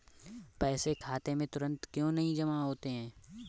पैसे खाते में तुरंत क्यो नहीं जमा होते हैं?